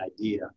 idea